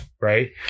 right